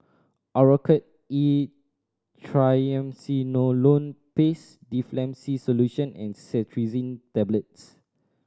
Oracort E Triamcinolone Paste Difflam C Solution and Cetirizine Tablets